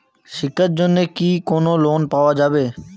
শিক্ষার জন্যে কি কোনো লোন পাওয়া যাবে?